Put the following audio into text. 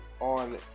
on